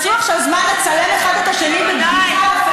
בבקשה תפסיקו את הצילום במליאה.